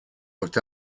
looked